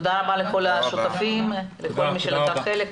תודה רבה לכל השותפים ולכל מי שלקח חלק.